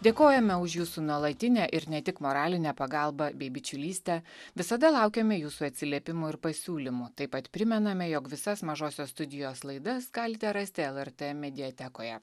dėkojame už jūsų nuolatinę ir ne tik moralinę pagalbą bei bičiulystę visada laukiame jūsų atsiliepimų ir pasiūlymų taip pat primename jog visas mažosios studijos laidas galite rasti lrt mediatekoje